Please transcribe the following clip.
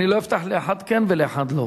אני לא אפתח לאחד כן ולאחד לא.